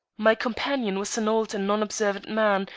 my companion was an old and non-observant man,